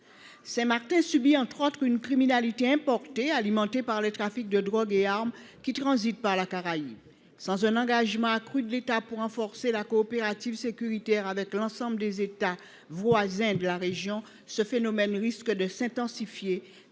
Saint Martin subit, entre autres, une criminalité importée, alimentée par les trafics de drogues et d’armes qui transitent par la Caraïbe. Sans un engagement accru de l’État en faveur d’un renforcement de la coopération sécuritaire avec l’ensemble des États de la région, ce phénomène risque de s’intensifier